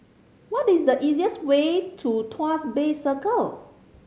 what is the easiest way to Tuas Bay Circle